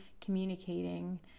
communicating